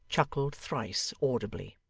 chuckled thrice audibly.